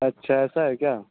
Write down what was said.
اچھا ایسا ہے کیا